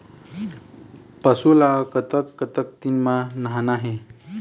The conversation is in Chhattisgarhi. पशु ला कतक कतक दिन म नहाना हे?